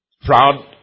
proud